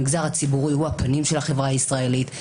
המגזר הציבורי הוא הפנים של החברה הישראלית.